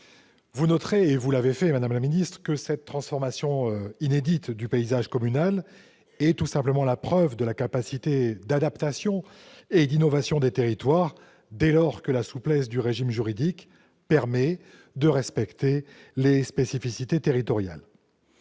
nos concitoyens étant concernés. Vous noterez que cette transformation inédite du paysage communal est la preuve de la capacité d'adaptation et d'innovation des territoires, dès lors que la souplesse du régime juridique permet de respecter les spécificités territoriales.